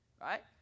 right